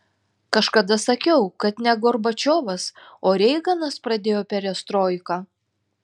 kažkada sakiau kad ne gorbačiovas o reiganas pradėjo perestroiką